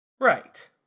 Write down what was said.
Right